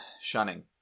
shunning